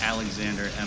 Alexander